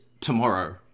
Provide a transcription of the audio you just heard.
tomorrow